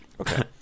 Okay